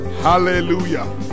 Hallelujah